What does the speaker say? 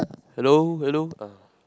hello hello